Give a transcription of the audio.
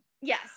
Yes